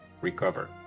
recover